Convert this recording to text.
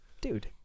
dude